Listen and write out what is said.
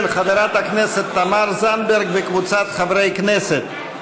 של תמר זנדברג וקבוצת חברי הכנסת.